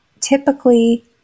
typically